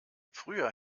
früher